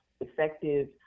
effective